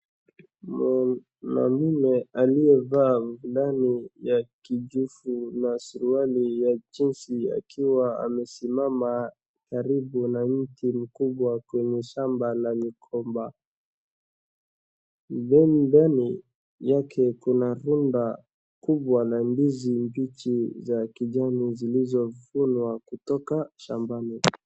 Mwanamume aliyevaa fulani ya kijivu na suruali ya jeansi akiwa amesimama karibu na mti mkubwa kwenye shamba la migomba. Dani dani yake kuna runda kubwa la ndizi mbichi za kijani zilizovunwa kutoka shambani.